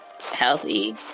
Healthy